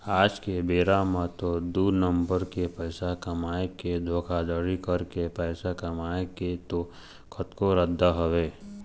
आज के बेरा म तो दू नंबर के पइसा कमाए के धोखाघड़ी करके पइसा कमाए के तो कतको रद्दा हवय